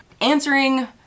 answering